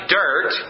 dirt